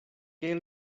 què